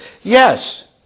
Yes